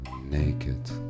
naked